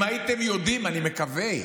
אם הייתם יודעים אני מקווה,